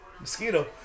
mosquito